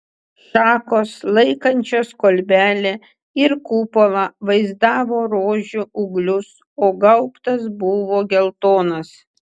šakos laikančios kolbelę ir kupolą vaizdavo rožių ūglius o gaubtas buvo geltonas